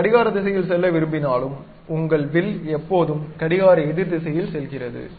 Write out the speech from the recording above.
நீங்கள் கடிகார திசையில் செல்ல விரும்பினாலும் உங்கள் வில் எப்போதும் கடிகார எதிர் திசையில் செல்கிறது